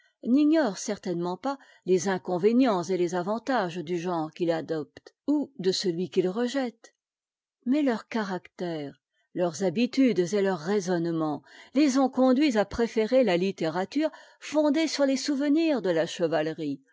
n'ignorent certainement pas les inconvénients et les avantages du genre qu'ils adoptent ou de celui qu'ils rejettent mais leur caractère leurs habitudes et leurs raisonnements les ont conduits à préférer la littérature fondée sur les souvenirs de la chevalerie